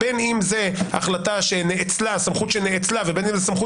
בין אם זו סמכות שנאצלה ובין אם זו סמכות